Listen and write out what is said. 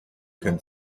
can